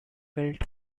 built